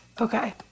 okay